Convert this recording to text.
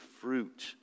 fruit